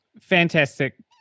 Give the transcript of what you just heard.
Fantastic